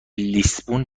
لیسبون